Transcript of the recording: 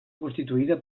constituïda